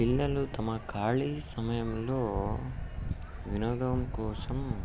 పిల్లలు తమ ఖాళీ సమయంలో వినోదం కోసం